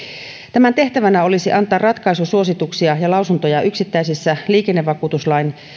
tämän tehtävänä olisi antaa ratkaisusuosituksia ja lausuntoja yksittäisissä liikennevakuutuslain